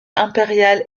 impérial